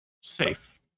Safe